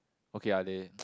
okay ah they